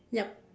yup